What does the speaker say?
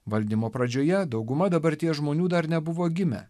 valdymo pradžioje dauguma dabarties žmonių dar nebuvo gimę